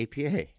APA